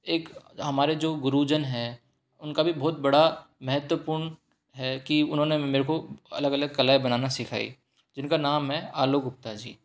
एक हमारे जो गुरुजन हैं उनका भी बहुत बड़ा महत्वपूर्ण है कि उन्होंने मेरे को अलग अलग कलाएँ बनाना सिखाई जिनका नाम है आलोक गुप्ता जी